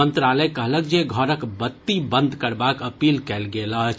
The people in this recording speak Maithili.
मंत्रालय कहलक जे घरक बत्ती बंद करबाक अपील कयल गेल अछि